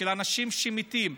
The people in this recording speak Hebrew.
של אנשים שמתים.